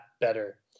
better